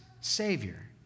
savior